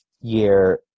year